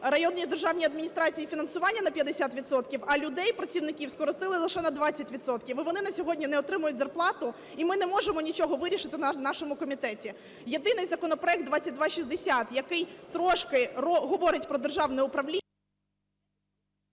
районній державній адміністрації фінансування на 50 відсотків, а людей, працівників скоротили лише на 20 відсотків, і вони на сьогодні не отримують зарплату, і ми не можемо нічого вирішити у нашому комітеті. Єдиний законопроект 2260, який трішки говорить про державне управління…